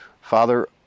Father